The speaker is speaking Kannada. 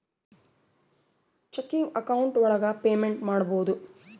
ಚೆಕಿಂಗ್ ಅಕೌಂಟ್ ಒಳಗ ಪೇಮೆಂಟ್ ಮಾಡ್ಬೋದು